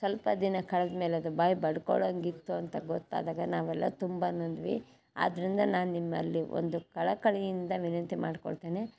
ಸ್ವಲ್ಪ ದಿನ ಕಳೆದ ಮೇಲೆ ಅದು ಬಾಯಿ ಬಡ್ಕೊಳಂಗೆ ಇತ್ತು ಅಂತ ಗೊತ್ತಾದಾಗ ನಾವೆಲ್ಲ ತುಂಬ ನೊಂದ್ವಿ ಆದ್ದರಿಂದ ನಾನು ನಿಮ್ಮಲ್ಲಿ ಒಂದು ಕಳಕಳಿಯಿಂದ ವಿನಂತಿ ಮಾಡಿಕೊಳ್ತೇನೆ